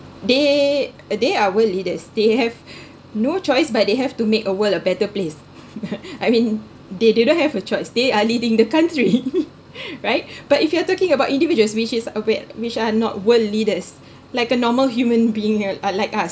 they they are world leaders they have no choice but they have to make a world a better place I mean they they don't have a choice they are leading the country right but if you are talking about individuals which is which are not world leaders like a normal human being uh like us